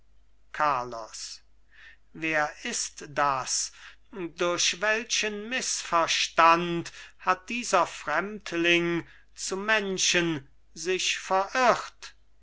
carlos wer ist das durch welchen mißverstand hat dieser fremdling zu menschen sich verirrt